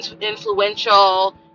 influential